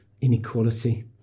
inequality